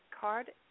card